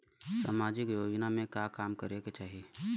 सामाजिक योजना में का काम करे के चाही?